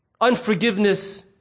unforgiveness